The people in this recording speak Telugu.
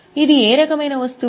ఇది ఏ రకమైన వస్తువు